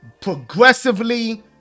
progressively